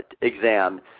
exam